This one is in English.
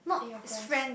in your friend's